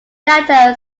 downtown